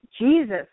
Jesus